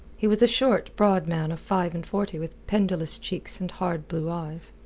he was a short, broad man of five-and-forty with pendulous cheeks and hard blue eyes.